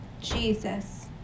Jesus